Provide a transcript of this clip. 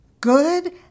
good